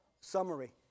summary